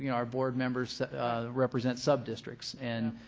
you know our board members represent subdistrics and